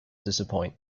disappoint